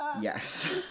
Yes